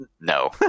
No